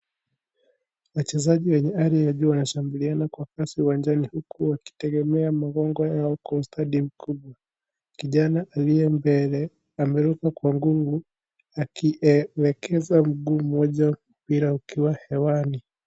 Wachezaji wenye ari ya juu wanashambuliana kwa kasi uwanjani huku wakitegemea mogongo yao kwa ustadi mkubwa kijana aliye mbele ameruka kwa nguvu akielekeza mguu mmoja mpira ukiwa hewani.